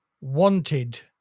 wanted